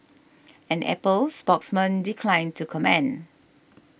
an Apple spokesman declined to comment